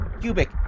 Cubic